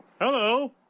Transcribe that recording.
Hello